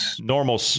Normal